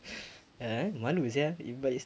ya then nasib baik sia but it's